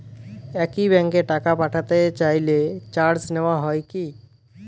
একই ব্যাংকে টাকা পাঠাতে চাইলে চার্জ নেওয়া হয় কি?